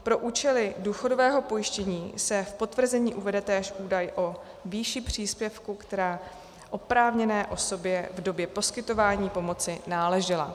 Pro účely důchodového pojištění se v potvrzení uvede též údaj o výši příspěvku, která oprávněné osobě v době poskytování pomoci náležela.